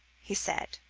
he said.